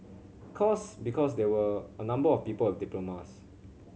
course because there were a number of people with diplomas